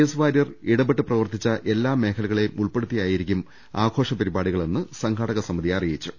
S Warrier ഇട പെട്ട് പ്രവർത്തിച്ച എല്ലാ മേഖലകളെയും ഉൾപ്പെടുത്തിയായിരിക്കും ആഘോഷ പരിപാടികളെന്ന് സംഘാടക സമിതി അറിയിച്ചു